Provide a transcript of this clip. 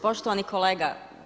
Poštovani kolega.